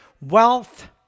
wealth